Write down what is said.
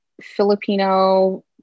Filipino